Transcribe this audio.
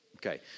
Okay